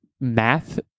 math